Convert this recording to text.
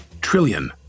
trillion